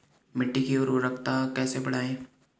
मिट्टी की उर्वरकता कैसे बढ़ायें?